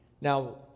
Now